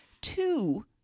two